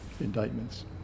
indictments